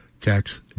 tax